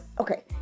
okay